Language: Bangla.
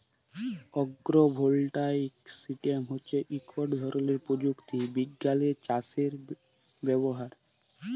আগ্র ভল্টাইক সিস্টেম হচ্যে ইক ধরলের প্রযুক্তি বিজ্ঞালের চাসের ব্যবস্থা